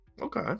Okay